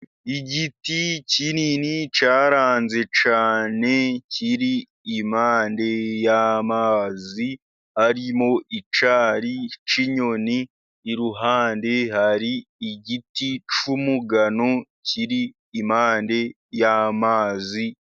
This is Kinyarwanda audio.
Igiti kinini cyaranze cyane kiri impande y'amazi ari mu icyari cy'inyoni, iruhande hari igiti cy'umugano kiri impande y'amazi.